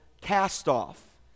cast-off